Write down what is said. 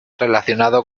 relacionado